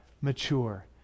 mature